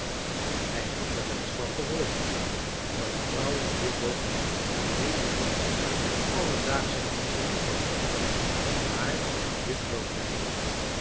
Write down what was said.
hij had er wel eens van gehoord dat vrouwen dikwijls leelijke en alledaagsche menschen lief hadden maar dit geloofde hij niet